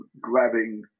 grabbing